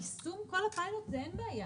יישום כל הפיילוט אין בעיה.